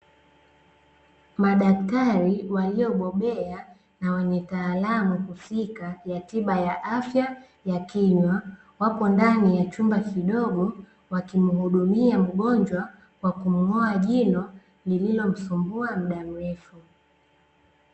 Madaktari waliobobea na wenye taaluma husika ya tiba ya afya ya kinywa, wapo ndani ya chumba kidogo wakimuhudumia mgonjwa kwa kumg'oa jino lililomsumbua mda mrefu.